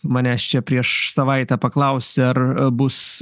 manęs čia prieš savaitę paklausė ar bus